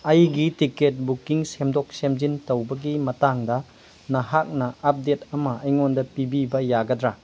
ꯑꯩꯒꯤ ꯔꯤꯛꯀꯦꯠ ꯕꯨꯛꯀꯤꯡ ꯁꯦꯝꯗꯣꯛ ꯁꯦꯝꯖꯤꯟ ꯇꯧꯕꯒꯤ ꯃꯇꯥꯡꯗ ꯅꯍꯥꯛꯅ ꯑꯞꯗꯦꯠ ꯑꯃ ꯑꯩꯉꯣꯟꯗ ꯄꯤꯕꯤꯕ ꯌꯥꯒꯗ꯭ꯔꯥ